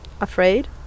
afraid